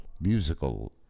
musical